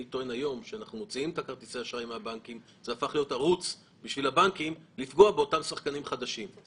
אני קורא לכם לשנות את הגישה הזאת.